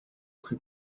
who